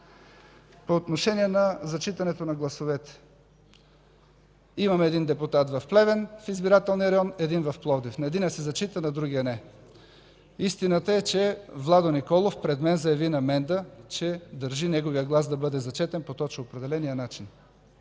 По отношение на зачитането на гласовете. Имаме един депутат в Плевен в избирателния район, един в Пловдив – на единия се зачита, на другия не. Истината е, че Владо Николов пред мен заяви на Менда Стоянова, че държи неговият глас да бъде зачетен по точно определения начин,